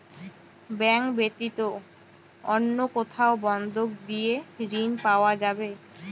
Bank ব্যাতীত অন্য কোথায় বন্ধক দিয়ে ঋন পাওয়া যাবে?